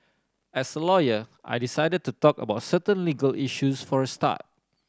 as a lawyer I decided to talk about certain legal issues for a start